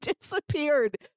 disappeared